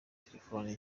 terefone